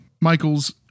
Michaels